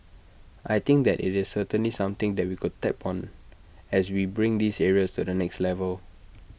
I think that IT is certainly something that we could tap on as we bring these areas to the next level